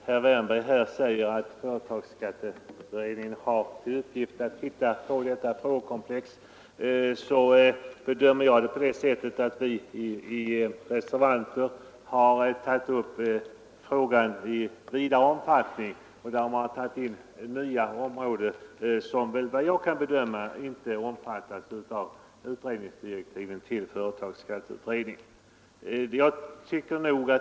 Herr talman! När herr Wärnberg säger att företagsskatteberedningen har till uppgift att se över detta frågekomplex bedömer jag det så att vi reservanter har tagit upp frågan i vidare omfattning. Vi har tagit in nya områden som enligt mitt bedömande inte omfattas av utredningsdirektiven till företagsskatteberedningen.